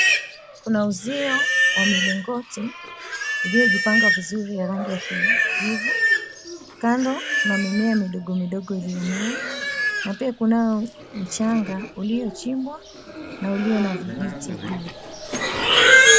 Kuna uzio wa milingoti iliyojipanga vizuri ya rangi ya kijivu, kando kuna mimea midogo midogo iliyomea na pia kunayo mchanga uliochimbwa na ulio na vijiti juu.